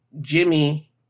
Jimmy